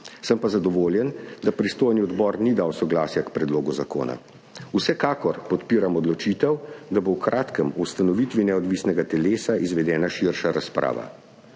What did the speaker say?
Sem pa zadovoljen, da pristojni odbor ni dal soglasja k predlogu zakona. Vsekakor podpiram odločitev, da bo v kratkem o ustanovitvi neodvisnega telesa izvedena širša razprava.